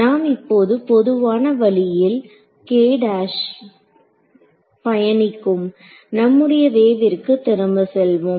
நாம் இப்போது பொதுவான வழியில் பயணிக்கும் நம்முடைய வேவிற்கு திரும்ப செல்வோம்